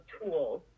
tools